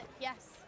yes